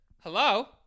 Hello